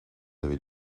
avez